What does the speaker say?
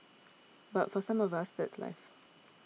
but for some of us that's life